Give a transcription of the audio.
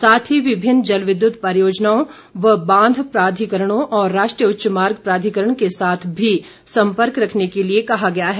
साथ ही विभिन्न जल विद्युत परियोजनाओं व बांध प्राधिकरणों और राष्ट्रीय उच्च मार्ग प्राधिकरण के साथ भी संपर्क रखने के लिए कहा गया है